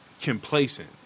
complacent